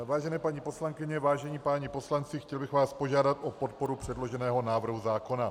Vážené paní poslankyně, vážení páni poslanci, chtěl bych vás požádat o podporu předloženého návrhu zákona.